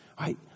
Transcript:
right